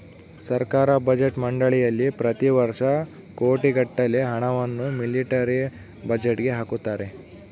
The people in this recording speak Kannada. ಸರ್ಕಾರ ಬಜೆಟ್ ಮಂಡಳಿಯಲ್ಲಿ ಪ್ರತಿ ವರ್ಷ ಕೋಟಿಗಟ್ಟಲೆ ಹಣವನ್ನು ಮಿಲಿಟರಿ ಬಜೆಟ್ಗೆ ಹಾಕುತ್ತಾರೆ